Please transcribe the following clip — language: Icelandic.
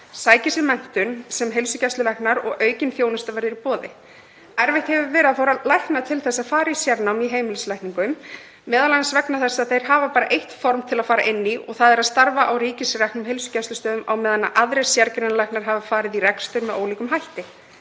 sæki sér menntun sem heilsugæslulæknar og aukin þjónusta verði í boði. Erfitt hefur verið að fá lækna til að fara í sérnám í heimilislækningum, m.a. vegna þess að þeir hafa bara eitt form til að fara inn í og það er að starfa á ríkisreknum heilsugæslustöðvum á meðan aðrir sérgreinalæknar hafa farið í rekstur með ólíkum hætti.